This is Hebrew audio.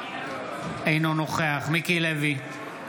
אינו נוכח מיקי לוי,